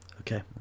Okay